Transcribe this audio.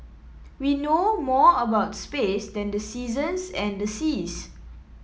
we know more about space than the seasons and the seas